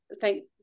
Thank